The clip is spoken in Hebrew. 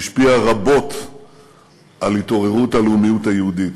השפיעה רבות על התעוררות הלאומיות היהודית.